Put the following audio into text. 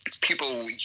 people